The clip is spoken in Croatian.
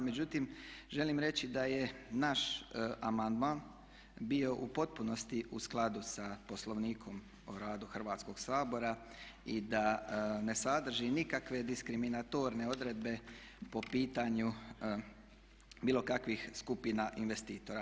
Međutim, želim reći da je naš amandman bio u potpunosti u skladu sa Poslovnikom o radu Hrvatskog sabora i da ne sadrži nikakve diskriminatorne odredbe po pitanju bilo kakvih skupina investitora.